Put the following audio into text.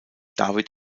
david